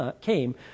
came